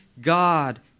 God